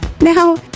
Now